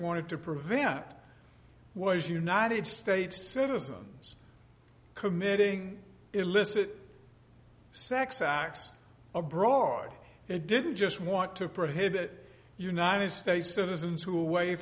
wanted to prevent was united states citizens committing illicit sex acts abroad they didn't just want to prohibit united states citizens who way